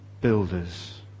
builders